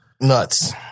Nuts